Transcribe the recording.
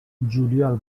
juliol